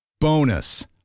Bonus